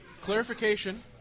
Clarification